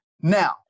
Now